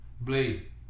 Blade